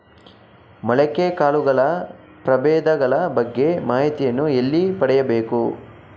ಮೊಳಕೆ ಕಾಳುಗಳ ಪ್ರಭೇದಗಳ ಬಗ್ಗೆ ಮಾಹಿತಿಯನ್ನು ಎಲ್ಲಿ ಪಡೆಯಬೇಕು?